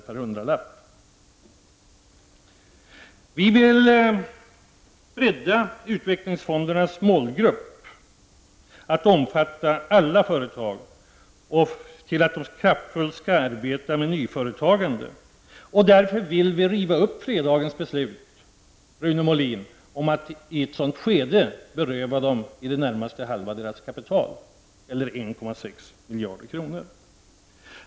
per hundralapp. Vi vill bredda utvecklingsfondernas målgrupp till att omfatta alla företag och vill att de kraftfullt skall arbeta med nyföretagandet. Därför vill vi, Rune Molin, riva upp fredagens beslut att i ett sådant skede beröva dem nästan halva kapitalet, eller 1,6 miljarder.